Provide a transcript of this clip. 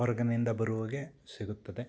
ಹೊರಗಿನಿಂದ ಬರುವವ್ರಿಗೆ ಸಿಗುತ್ತದೆ